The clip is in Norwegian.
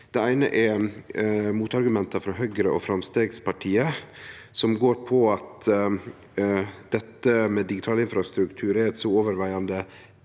Det eine er motargumenta frå Høgre og Framstegspartiet, som går ut på at dette med digital infrastruktur er eit så overvegande